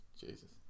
Jesus